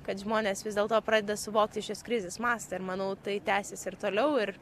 kad žmonės vis dėlto pradeda suvokti šios krizės mastą ir manau tai tęsis ir toliau ir